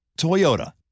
Toyota